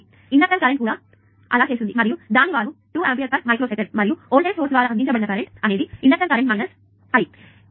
కాబట్టి inductor current కూడా అలా చేస్తుంది మరియు దాని వాలు 2A మైక్రోసెకండ్ మరియు వోల్టేజ్ సోర్స్ ద్వారా అందించబడిన కరెంట్ అనేది ఇండక్టర్ కరెంట్ మైనస్ ఈ i